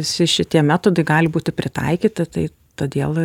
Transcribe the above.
visi šitie metodai gali būti pritaikyti tai todėl